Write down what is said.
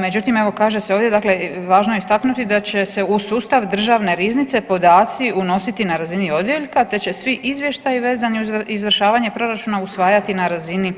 Međutim, evo kaže se ovdje, dakle važno je istaknuti da će se u sustav Državne riznice podaci unositi na razini odjeljka te će svi izvještaji vezani uz izvršavanje proračuna usvajati na razini